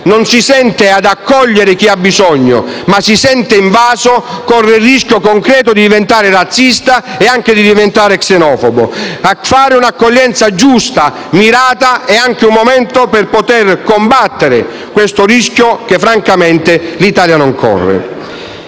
non si sente di accogliere chi ha bisogno, ma si sente invaso, corre il rischio concreto di diventare razzista e xenofobo. Fare un'accoglienza giusta e mirata è anche un momento per poter combattere questo rischio che francamente l'Italia non corre.